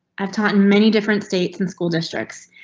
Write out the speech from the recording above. i've taught in many different states in school districts.